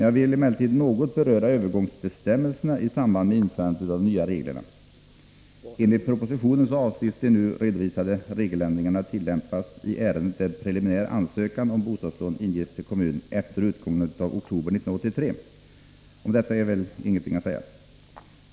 Jag vill emellertid något beröra övergångsbestämmelserna i samband med införandet av de nya reglerna. Enligt propositionen avses de nu redovisade regeländringarna tillämpas i ärenden där preliminär ansökan om bostadslån inges till kommun efter utgången av oktober 1983. Om detta är väl inget att säga.